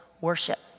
worship